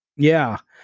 yeah.